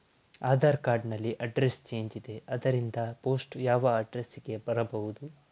Aadhaar card ನಲ್ಲಿ address change ಇದೆ ಆದ್ದರಿಂದ ಪೋಸ್ಟ್ ಯಾವ ಅಡ್ರೆಸ್ ಗೆ ಬರಬಹುದು?